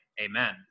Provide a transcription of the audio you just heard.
Amen